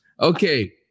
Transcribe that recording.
Okay